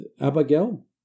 Abigail